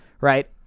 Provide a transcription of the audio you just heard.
Right